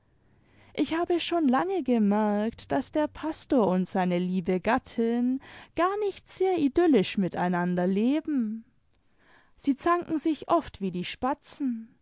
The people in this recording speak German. ich habe schon lange gemerkt daß der pastor und seine liebe gattin gar nicht sehr idyllisch miteinander leben sie zanken sich oft wie die spatzen